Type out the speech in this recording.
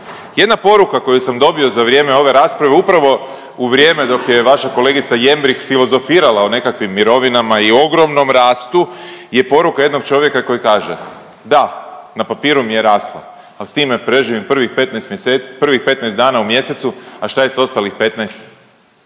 Jedna poruka koju sam dobio za vrijeme ove rasprave upravo u vrijeme dok je vaša kolegica Jemrih filozofirala o nekakvim mirovinama i ogromnom rastu je poruka jednog čovjeka koji kaže da, na papiru mi je rasla ali s time preživim prvih 15 dana u mjesecu a šta je sa ostalih 15?